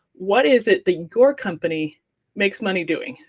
what is it that your company makes money doing?